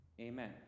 Amen